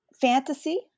Fantasy